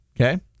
Okay